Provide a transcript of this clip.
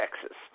Texas